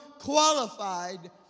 qualified